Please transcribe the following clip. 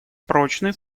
прочный